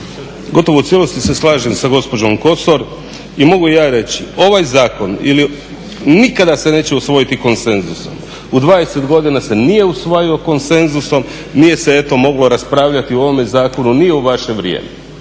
Gotovo u cijelosti se slažem sa gospođom Kosor i mogu i ja reći, ovaj zakon nikada se neće usvojiti konsenzusom. U 20 godina se nije usvajao konsenzusom, nije se eto moglo raspravljati o ovome zakonu ni u vaše vrijeme,